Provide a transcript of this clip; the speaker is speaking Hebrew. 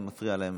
זה מפריע להם.